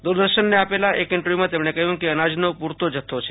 દૂરદર્શનને આપેલા એક ઈન્ટરવ્યુમાં તેમણે કહ્યું કે અનાજનો પૂરતો જથ્થો છે